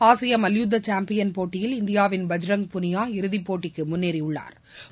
ஆசிய மல்யுத்த சாம்பியன் போட்டியில் இந்தியாவின் பஜ்ரங் புனியா இறுதிப் போட்டிக்கு முன்னேறியுள்ளா்